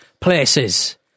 places